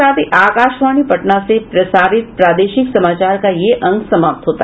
इसके साथ ही आकाशवाणी पटना से प्रसारित प्रादेशिक समाचार का ये अंक समाप्त हुआ